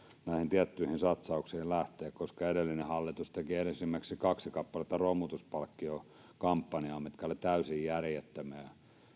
tiettyihin satsauksiin lähteä edellinen hallitus teki esimerkiksi kaksi kappaletta romutuspalkkiokampanjoita mitkä olivat täysin järjettömiä